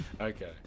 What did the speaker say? Okay